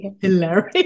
hilarious